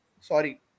sorry